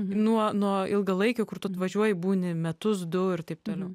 nuo nuo ilgalaikio kur tu atvažiuoji būni metus du ir taip toliau